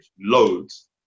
loads